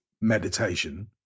meditation